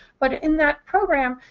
but in that program,